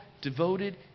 devoted